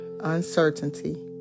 uncertainty